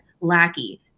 lackey